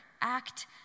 act